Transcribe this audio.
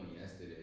yesterday